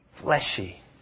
fleshy